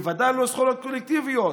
בוודאי לא זכויות קולקטיביות,